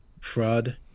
fraud